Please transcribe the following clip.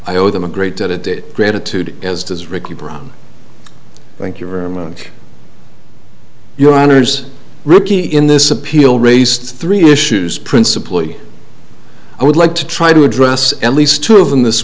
i owe them a great debt it did gratitude as does ricky brown thank you very much for your honour's ricky in this appeal raised three issues principally i would like to try to address at least two of them this